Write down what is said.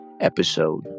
episode